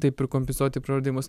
taip ir kompensuoti praradimus